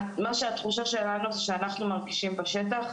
מה שאנחנו מרגישים בשטח,